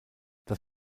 das